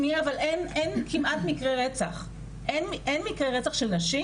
שניה אבל אין כמעט מקרה רצח של נשים